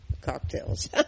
cocktails